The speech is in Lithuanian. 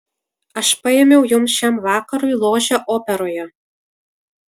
aš paėmiau jums šiam vakarui ložę operoje